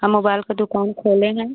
हम मोबाइल का दुकान खोले हैं